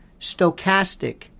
stochastic